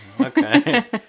okay